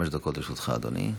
חמש דקות לרשותך, אדוני.